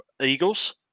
Eagles